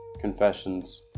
confessions